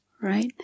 right